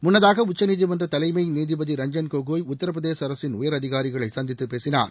முன்னதாக உச்சநீதிமன்ற தலைமை நீதிபதி திரு ரஞ்சன் கோகோய் உத்தரப்பிரதேச அரசின் உயர் அதிகாரிகளை சந்தித்துப் பேசினார்